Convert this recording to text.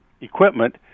equipment